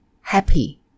Happy